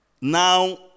Now